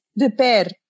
repair